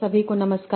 सभी को नमस्कार